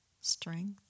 strength